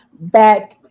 back